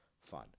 fun